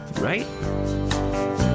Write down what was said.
Right